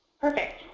Perfect